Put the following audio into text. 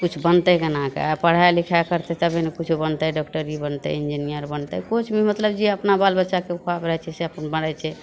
किछु बनतै केनाके पढ़ाइ लिखाइ करतै तभी ने किछो बनते डॉक्टरी बनतै इंजीनियर बनतै किछु भी मतलब जे अपना बाल बच्चाके खुआब रहै छै से अपन बनै छै